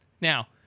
Now